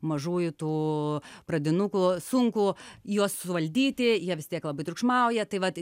mažųjų tų pradinukų sunku juos suvaldyti jie vis tiek labai triukšmauja tai vat